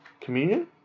communion